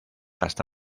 hasta